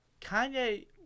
Kanye